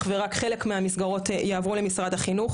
ורק חלק מהמסגרות יעברו למשרד החינוך,